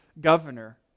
governor